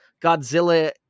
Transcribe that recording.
Godzilla